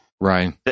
right